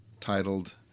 titled